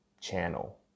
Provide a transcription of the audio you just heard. channel